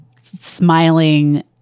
smiling